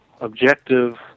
objective